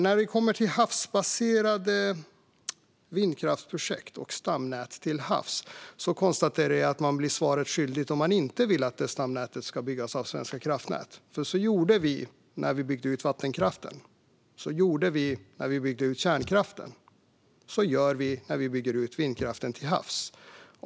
När det kommer till havsbaserade vindkraftsprojekt och stamnät till havs konstaterar jag att man blir svaret skyldig om man inte vill att stamnätet ska byggas av Svenska kraftnät. Så gjorde vi när vi byggde ut vattenkraften, så gjorde vi när vi byggde ut kärnkraften och så gör vi när vi bygger ut vindkraften till havs.